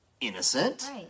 innocent